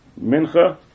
Mincha